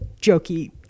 jokey